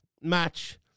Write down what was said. match